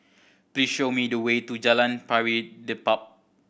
please show me the way to Jalan Pari Dedap